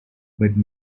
but